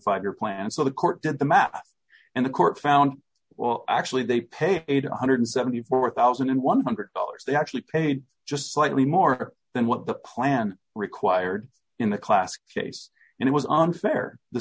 five year plan and so the court did the math and the court found well actually they pay one hundred and seventy four thousand one hundred dollars they actually paid just slightly more than what the plan required in the class case and it was unfair the